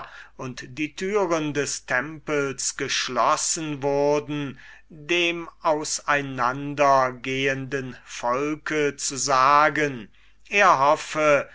und die türen des tempels geschlossen wurden dem auseinandergehenden volke zu sagen er hoffe